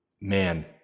Man